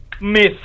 miss